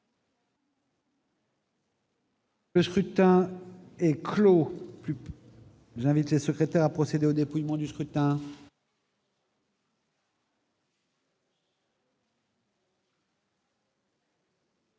Le scrutin est clos. J'invite Mmes et MM. les secrétaires à procéder au dépouillement du scrutin.